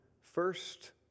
first